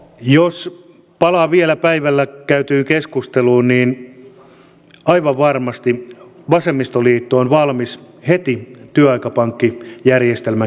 jos palaan vielä päivällä käytyyn keskusteluun niin aivan varmasti vasemmistoliitto on valmis heti työaikapankkijärjestelmän kehittämiseen